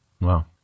wow